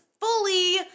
fully